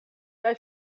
kaj